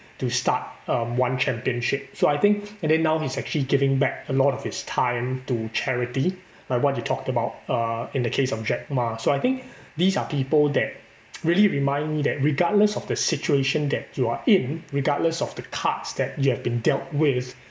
to start um one championship so I think and then now he's actually giving back a lot of his time to charity like what you talked about uh in the case of jack ma so I think these are people that really remind me that regardless of the situation that you are in regardless of the cards that you have been dealt with